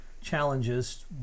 challenges